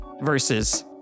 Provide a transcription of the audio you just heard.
versus